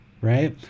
right